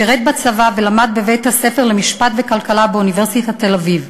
שירת בצבא ולמד בבית-הספר למשפט ולכלכלה באוניברסיטת תל-אביב.